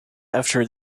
after